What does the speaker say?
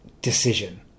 decision